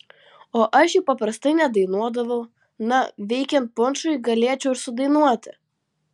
o aš jų paprastai nedainuodavau na veikiant punšui galėčiau ir sudainuoti